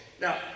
Now